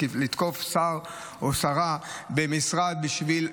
לתקוף שר או שרה במשרד בשביל הפופוליזם.